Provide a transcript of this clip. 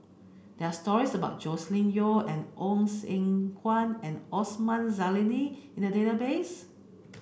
there are stories about Joscelin Yeo and Ong Eng Guan and Osman Zailani in the database